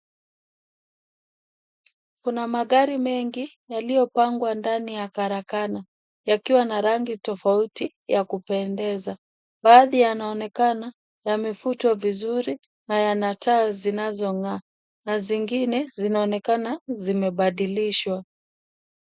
Kuna magari mengi yaliyopangwa ndani ya karakana yakiwa na rangi tofauti ya kupendeza. Baadhi yanaonekana yamefutwa vizuri na yanataa zinazong'aa na zengine zinaonekana zimebadilishwa